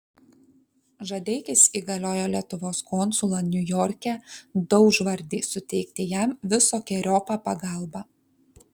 žadeikis įgaliojo lietuvos konsulą niujorke daužvardį suteikti jam visokeriopą pagalbą